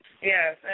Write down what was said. Yes